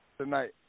tonight